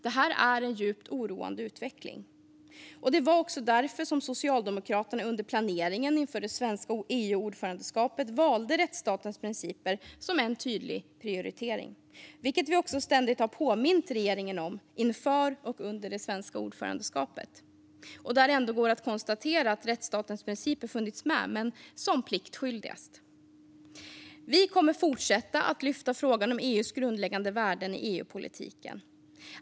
Detta är en djupt oroande utveckling. Det var också därför Socialdemokraterna under planeringen inför det svenska EU-ordförandeskapet valde rättsstatens principer som en tydlig prioritering, vilket vi också ständigt har påmint regeringen om inför och under det svenska ordförandeskapet. Det går att konstatera att rättsstatens principer har funnits med, men pliktskyldigast. Vi kommer att fortsätta lyfta frågan om EU:s grundläggande värden i EU-politiken.